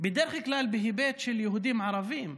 בהיבט של יהודים ערבים,